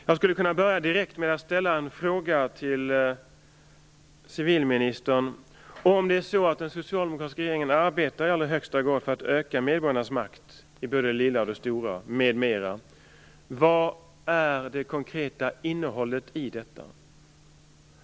Jag skulle kunna börja med att direkt ställa en fråga till civilministern: Om det nu är så att den socialdemokratiska regeringen i allra högsta grad arbetar för att öka medborgarnas makt i både det lilla och det stora, vad är det konkreta innehållet i detta?